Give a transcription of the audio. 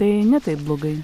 tai ne taip blogai